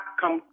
come